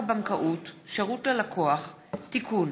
המועצה להשכלה גבוהה (תיקון,